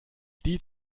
die